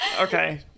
Okay